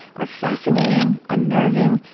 are fascinating, unnerving,